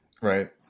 Right